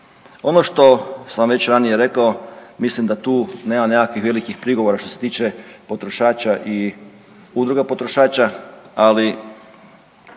Ono što sam već ranije rekao, mislim da tu nema nekakvih velikih prigovora što se tiče potrošača i udruga potrošača, ali